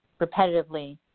repetitively